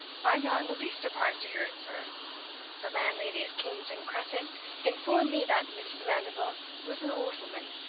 i'm not in the least surprised to hear it, sir the landlady at kingsdown crescent informed me that mrs. mandeville was an old woman.